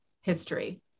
history